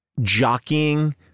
jockeying